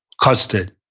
cus did.